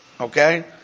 okay